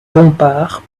bompard